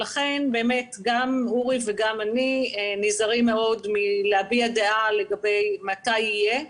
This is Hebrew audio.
לכן גם אורי וגם אני נזהרים מאוד מלהביע דעה לגבי מתי יהיה.